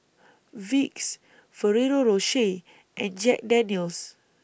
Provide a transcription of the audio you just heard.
Vicks Ferrero Rocher and Jack Daniel's